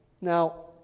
Now